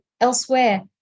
elsewhere